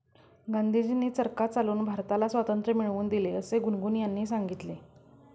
गांधीजींनी चरखा चालवून भारताला स्वातंत्र्य मिळवून दिले असे गुनगुन यांनी सांगितले